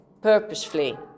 purposefully